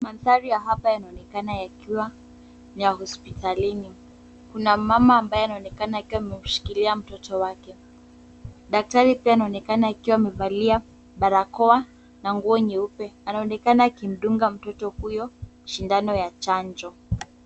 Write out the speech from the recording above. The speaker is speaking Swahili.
Mandhari ya hapa yanaonekana yakiwa ni ya hospitalini. Kuna mama ambaye anaonekana akiwa amemshikilia mtoto wake. Daktari pia anaonekana akiwa amevalia barakoa na nguo nyeupe. Anaonekana akimdunga mtoto huyo sindano ya chanjo.